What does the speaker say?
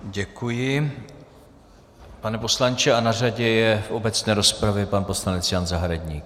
Děkuji, pane poslanče, a na řadě je v obecné rozpravě pan poslanec Jan Zahradník.